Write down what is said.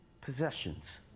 possessions